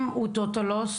אם הוא טוטאל לוס?